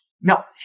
No